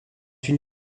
une